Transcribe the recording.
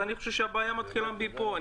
אני חושב שהבעיה מתחילה מפה.